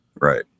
right